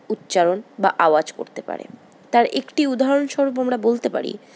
উচ্চারণ বা আওয়াজ করতে পারে তার একটি উদাহরণস্বরুপ আমরা বলতে পারি